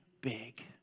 big